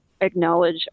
acknowledge